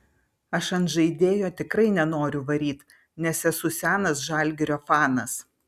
aš ant žaidėjo tikrai nenoriu varyt nes esu senas žalgirio fanas